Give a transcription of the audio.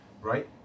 right